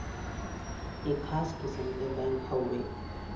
एक खास किस्म क बैंक हउवे